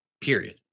Period